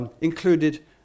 included